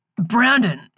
Brandon